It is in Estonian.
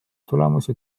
tulemusi